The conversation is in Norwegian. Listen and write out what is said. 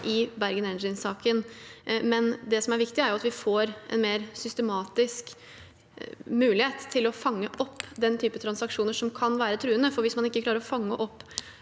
i Bergen Engines-saken. Det som er viktig, er at vi får en mer systematisk mulighet til å fange opp den type transaksjoner som kan være truende, for hvis man ikke klarer å fange opp